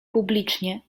publicznie